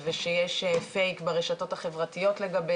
אין לנו שירות דואר משל עצמנו.